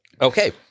Okay